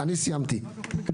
סיימתי.